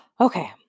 Okay